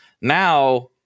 Now